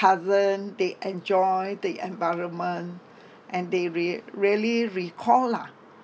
cousin they enjoy the environment and they rea~ really recall lah